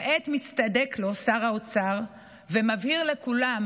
כעת מצטדק לו שר האוצר ומבהיר לכולם